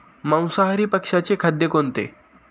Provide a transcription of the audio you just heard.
मांसाहारी पक्ष्याचे खाद्य कोणते?